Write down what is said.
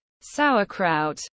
sauerkraut